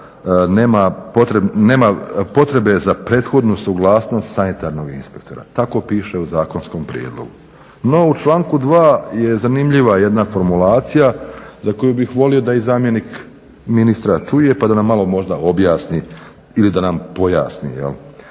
nema potrebe za prethodnu suglasnost sanitarnog inspektora, tako piše u zakonskom prijedlogu. No u članku 2.je zanimljiva jedna formulacija za koju bih volio da i zamjenik ministra čuje pa da nam malo možda objasni ili nam pojasni.